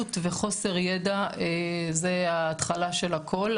בורות וחוסר ידע זה ההתחלה של הכל,